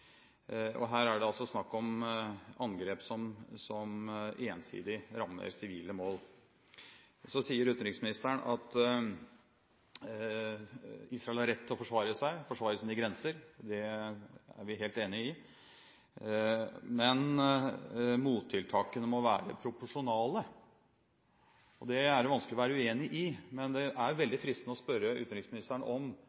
Her er det altså snakk om angrep som ensidig rammer sivile mål. Så sier utenriksministeren at Israel har rett til å forsvare seg, forsvare sine grenser, og det er vi helt enige i. Men mottiltakene må være proporsjonale, det er det vanskelig å være uenig i, men det er